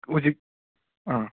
ꯍꯨꯖꯤꯛ ꯑꯥ